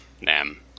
Nem